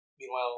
Meanwhile